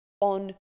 on